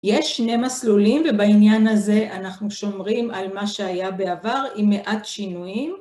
יש שני מסלולים ובעניין הזה אנחנו שומרים על מה שהיה בעבר עם מעט שינויים.